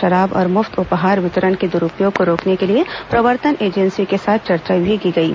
शराब और मुफ्त उपहार वितरण के दुरूपयोग को रोकने के लिए प्रवर्तन एजेंसियों के साथ चर्चा की गई है